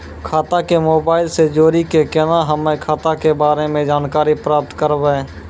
खाता के मोबाइल से जोड़ी के केना हम्मय खाता के बारे मे जानकारी प्राप्त करबे?